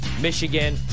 Michigan